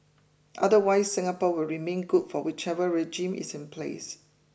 otherwise Singapore will remain good for whichever regime is in place